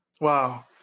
Wow